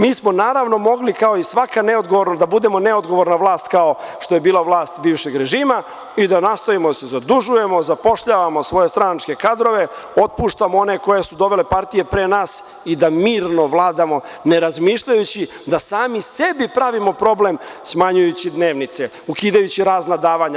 Mi smo mogli, naravno, kao i svaka neodgovorna vlast, da budemo neodgovorna vlast kao što je bila vlast bivšeg režima i da nastavimo da se zadužujemo, zapošljavamo svoje stranačke kadrove, otpuštamo one koje su dovele partije pre nas i da mirno vladamo, ne razmišljajući da sami sebi pravimo problem smanjujući dnevnice, ukidajući razna davanja.